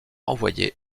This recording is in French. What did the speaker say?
envoyée